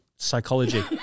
Psychology